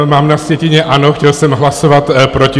Mám na sjetině ano, chtěl jsem hlasovat proti.